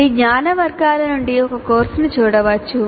ఈ జ్ఞాన వర్గాల నుండి ఒక కోర్సును చూడవచ్చు